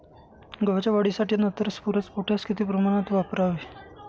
गव्हाच्या वाढीसाठी नत्र, स्फुरद, पोटॅश किती प्रमाणात वापरावे?